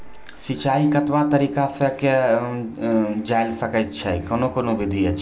सिंचाई कतवा तरीका सअ के जेल सकैत छी, कून कून विधि ऐछि?